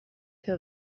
her